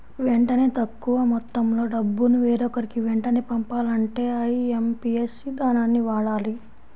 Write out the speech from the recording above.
వెంటనే తక్కువ మొత్తంలో డబ్బును వేరొకరికి వెంటనే పంపాలంటే ఐఎమ్పీఎస్ ఇదానాన్ని వాడాలి